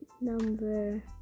number